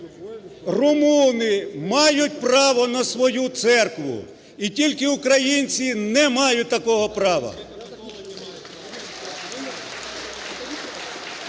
румуни мають право на свою церкву. І тільки українці не мають такого права.